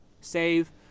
save